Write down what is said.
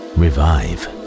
revive